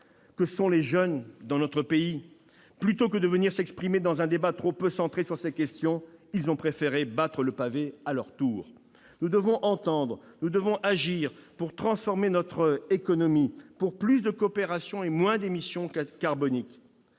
que sont les jeunes de notre pays. Plutôt que de venir s'exprimer dans un débat trop peu centré sur ces questions, ils ont préféré battre le pavé à leur tour ! Nous devons entendre, nous devons agir pour transformer notre économie, pour plus de coopération et moins d'émissions carboniques.